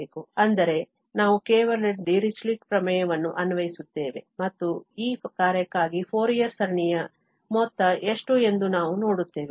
ಅಂದರೆ ನಾವು ಕೇವಲ ಡಿರಿಚ್ಲೆಟ್ ಪ್ರಮೇಯವನ್ನು ಅನ್ವಯಿಸುತ್ತೇವೆ ಮತ್ತು ಈ ಕಾರ್ಯಕ್ಕಾಗಿ ಫೋರಿಯರ್ ಸರಣಿಯ ಮೊತ್ತ ಎಷ್ಟು ಎಂದು ನಾವು ನೋಡುತ್ತೇವೆ